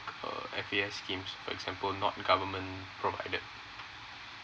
err F_A_S scheme for example not government provided